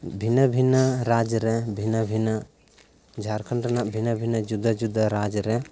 ᱵᱷᱤᱱᱟᱹ ᱵᱷᱤᱱᱟᱹ ᱨᱟᱡᱽᱨᱮ ᱵᱷᱤᱱᱟᱹ ᱵᱷᱤᱱᱟᱹ ᱡᱷᱟᱨᱠᱷᱚᱸᱰ ᱨᱮᱱᱟᱜ ᱵᱷᱤᱱᱟᱹ ᱵᱷᱤᱱᱟᱹ ᱡᱩᱫᱟᱹ ᱡᱩᱫᱟᱹ ᱨᱟᱡᱽᱨᱮ